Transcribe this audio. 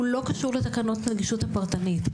אינו קשור לתקנות הנגישות הפרטנית,